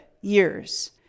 years